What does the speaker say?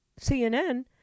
CNN